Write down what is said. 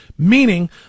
Meaning